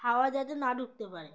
হাওয়া যাতে না ঢুকতে পারে